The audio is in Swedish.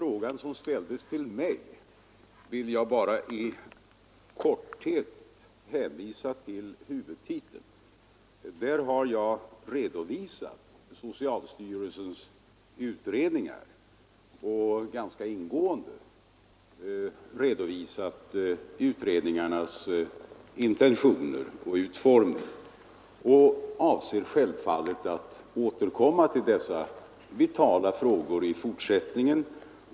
Herr talman! Beträffande den direkta fråga som herr Molin ställde till mig vill jag bara i korthet hänvisa till huvudtiteln. Där har vi behandlat socialstyrelsens utredningar och ganska ingående redovisat utredningarnas intentioner och utformning. Jag avser självfallet att återkomma till dessa vitala frågor i fortsättningen.